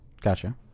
Gotcha